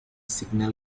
signal